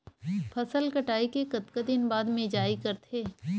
फसल कटाई के कतका दिन बाद मिजाई करथे?